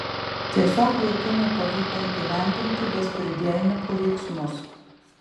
tiesiog vaikinui pavyko įgyvendinti bezpridielnikų veiksmus